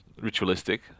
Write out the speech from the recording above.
ritualistic